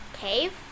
Cave